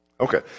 Okay